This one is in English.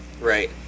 Right